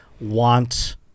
want